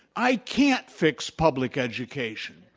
i can't fix public education.